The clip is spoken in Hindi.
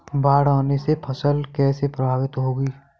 बाढ़ आने से फसल कैसे प्रभावित होगी?